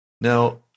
Now